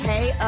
Hey